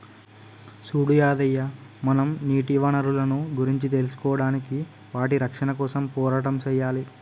సూడు యాదయ్య మనం నీటి వనరులను గురించి తెలుసుకోడానికి వాటి రక్షణ కోసం పోరాటం సెయ్యాలి